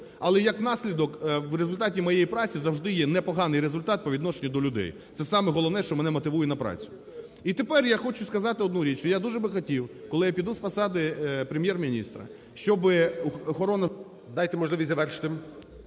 але як наслідок в результаті моєї праці завжди є непоганий результат по відношенню до людей – це саме головне, що мене мотивує на працю. І тепер я хочу сказати одну річ, що я дуже би хотів, коли я піду з посади Прем'єр-міністра, щоби охорона… ГОЛОВУЮЧИЙ. Дайте можливість завершити.